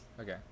Okay